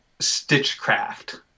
Stitchcraft